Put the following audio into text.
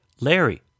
Larry